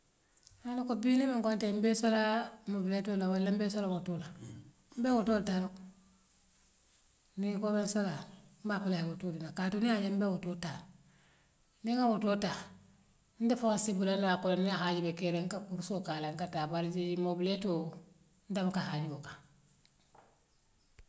Haa niŋ iko nte mbee soola mobiletoo la wala mbee soola wotoo la mbe wotool taa la niŋ iko ibeŋ soo la ala mbaa foola ayee wotoo dina kaatu niŋ yaa je nka wotoo le taa niŋ ŋa wotoo taa nte faŋ le sii bula adaa kono niŋ na haajoo lebe keeriŋ nka kursoo ke ala nka taa bare bare mobileetoo nte mbuka haaňi woo kaŋ.